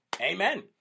Amen